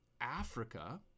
Africa